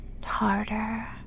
harder